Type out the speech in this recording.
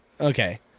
okay